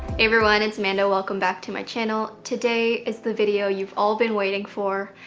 everyone. it's amanda. welcome back to my channel. today is the video you've all been waiting for,